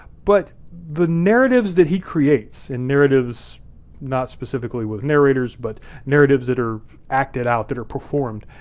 but the narratives that he creates and narratives not specifically with narrators but narratives that are acted out, that are performed,